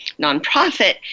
nonprofit